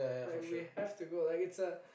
like we have to go like it's a